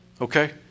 Okay